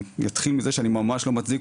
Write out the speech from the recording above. אני אתחיל מזה שאני ממש לא מצדיק,